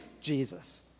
Jesus